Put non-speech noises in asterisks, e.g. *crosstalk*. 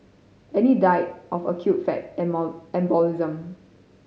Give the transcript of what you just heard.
Annie died of acute fat *unintelligible* embolism